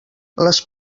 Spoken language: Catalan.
les